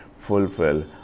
fulfill